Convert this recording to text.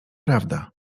prawda